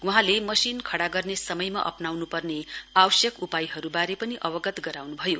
वहाँले मशिन खड़ा गर्ने समयमा अप्राउनु पर्ने आवश्यक उपायहरुवारे पनि अवगत गराउन् भयो